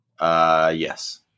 Yes